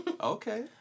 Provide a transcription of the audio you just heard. Okay